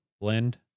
blend